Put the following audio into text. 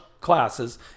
classes